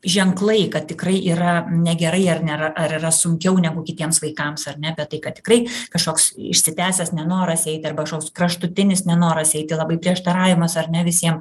ženklai kad tikrai yra negerai ar ne ar yra sunkiau negu kitiems vaikams ar ne apie tai kad tikrai kažkoks išsitęsęs nenoras eiti arba kažkoks kraštutinis nenoras eiti labai prieštaravimas ar ne visiem